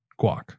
guac